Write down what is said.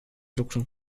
lucru